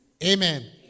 Amen